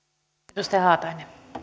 arvoisa